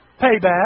Payback